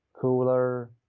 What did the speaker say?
cooler